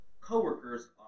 co-workers